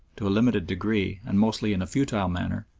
to a limited degree, and mostly in a futile manner,